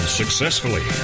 successfully